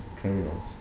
criminals